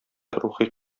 рухи